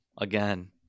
Again